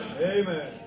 amen